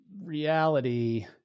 reality